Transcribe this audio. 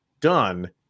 done